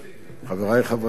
חברי חברי הכנסת,